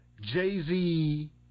Jay-Z